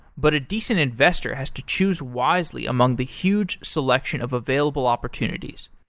but a decent investor has to choose wisely among the huge selection of available opportunities.